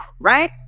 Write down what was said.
right